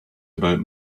about